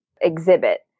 exhibit